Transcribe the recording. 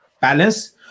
balance